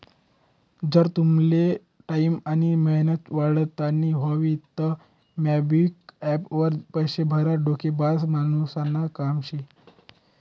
जर तुमले टाईम आनी मेहनत वाचाडानी व्हयी तं मोबिक्विक एप्प वर पैसा भरनं डोकेबाज मानुसनं काम शे